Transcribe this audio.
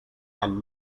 and